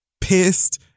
pissed